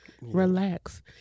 relax